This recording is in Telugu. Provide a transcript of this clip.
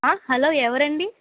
హలో ఎవరండి